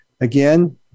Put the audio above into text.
Again